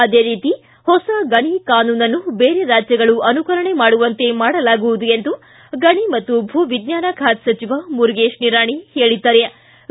ಆದೇ ರೀತಿ ಹೊಸ ಗಣಿ ಕಾನೂನನ್ನು ಬೇರೆ ರಾಜ್ಯಗಳು ಅನುಕರಣೆ ಮಾಡುವಂತೆ ಮಾಡಲಾಗುವುದು ಎಂದು ಗಣಿ ಮತ್ತು ಭೂವಿಜ್ಞಾನ ಖಾತೆ ಸಚಿವ ಮುರುಗೇಶ್ ನಿರಾಣಿ ವಿಶ್ವಾಸ ವ್ಯಕ್ತಪಡಿಸಿದ್ದಾರೆ